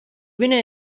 winner